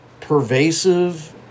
pervasive